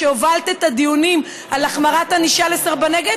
כשהובלת את הדיונים על החמרת הענישה על סרבני גט.